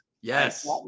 Yes